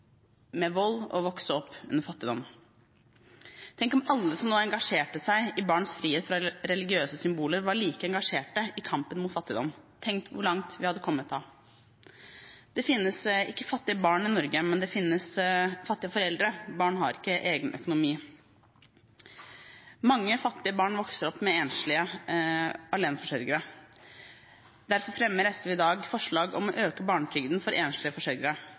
med vold og vokse opp med fattigdom. Tenk om alle som nå engasjerer seg i barns frihet fra religiøse symboler, var like engasjerte i kampen mot fattigdom! Tenk hvor langt vi hadde kommet da! Det finnes ikke fattige barn i Norge, men det finnes fattige foreldre. Barn har ikke egen økonomi. Mange fattige barn vokser opp med enslige aleneforsørgere. Derfor fremmer SV i dag forslag om å øke barnetrygden for enslige forsørgere.